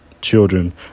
children